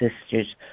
sisters